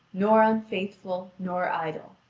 nor unfaithful, nor idle.